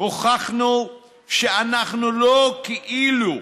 הוכחנו שאנחנו לא "כאילו"